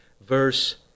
verse